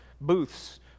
booths